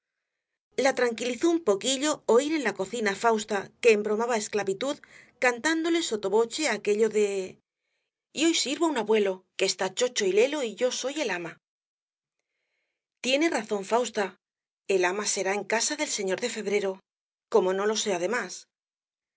la tranquilizó un poquillo oir en la cocina á fausta que embromaba á esclavitud cantándole sotto voce aquello de y hoy sirvo á un abuelo que está chocho y lelo y yo soy el ama tiene razón fausta el ama será en casa del señor de febrero como no lo sea